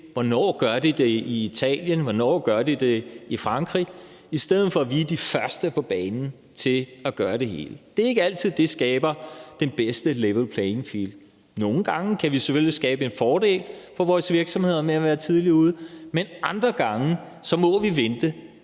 hvornår de gør det i Italien, og hvornår de gør det i Frankrig, i stedet for at vi er de første på banen til at gøre det hele. Det er ikke altid, det skaber den bedste level playing field. Nogle gange kan vi selvfølgelig skabe en fordel for vores virksomheder ved at være tidligt ude, men andre gange må vi vente